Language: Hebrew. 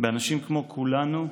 באנשים כמו כולנו,